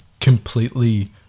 completely